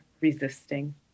resisting